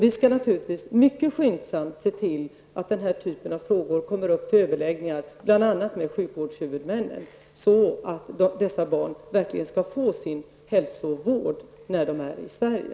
Vi skall naturligtvis mycket skyndsamt se till att denna typ av frågor tas upp i överläggningar bl.a. med sjukvårdshuvudmännen så att dessa barn skall få sin hälsovård när de är i Sverige.